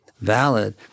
valid